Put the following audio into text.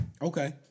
Okay